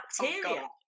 bacteria